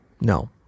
No